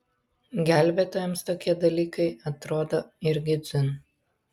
gelbėtojams tokie dalykai atrodo irgi dzin